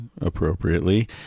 appropriately